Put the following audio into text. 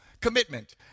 commitment